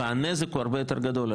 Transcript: והנזק הוא הרבה יותר גדול.